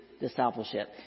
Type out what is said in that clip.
discipleship